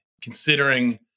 considering –